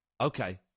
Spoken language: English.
Okay